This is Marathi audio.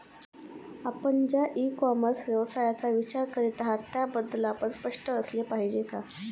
आपण ज्या इ कॉमर्स व्यवसायाचा विचार करीत आहात त्याबद्दल आपण स्पष्ट असले पाहिजे का?